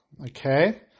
okay